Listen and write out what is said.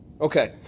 okay